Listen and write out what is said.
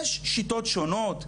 יש שיטות שונות,